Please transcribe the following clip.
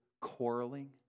quarreling